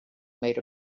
made